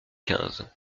quinze